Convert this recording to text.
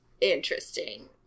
interesting